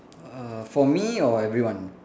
uh for me or everyone